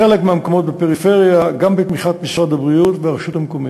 בחלק מהמקומות בפריפריה גם בתמיכת משרד הבריאות והרשות המקומית.